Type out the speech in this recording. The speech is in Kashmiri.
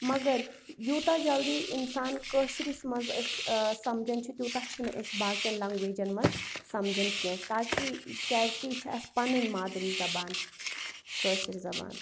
مگر یوٗتاہ جلدی انسان کٲشرس مَنٛز أسۍ ٲں سمجھَن چھِ تیٛوٗتاہ چھِنہٕ أسۍ باقین لینٛگویجن مَنٛز سمجھان کیٚنٛہہ تاکہِ کیٛازکہِ یہِ چھِ اسہِ پَنٕنۍ مادری زبان کٲشر زبان